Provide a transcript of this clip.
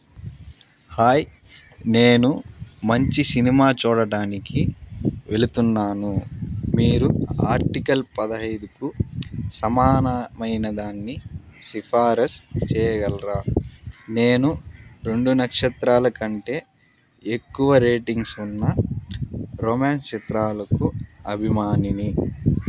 hi నేను మంచి cinema చూడడానికి వెళుతున్నాను మీరు ఆర్టికల్ పదిహేనుకు సమానమైన దాన్ని సిఫారస్ చేయగలరా నేను రెండు నక్షత్రాల కంటే ఎక్కువ రేటింగ్స్ ఉన్న రొమాన్స్ చిత్రాలకు అభిమానిని